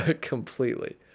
Completely